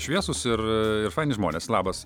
šviesūs ir ir faini žmonės labas